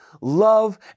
love